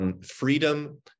freedom